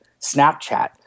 Snapchat